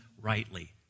rightly